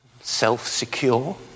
Self-secure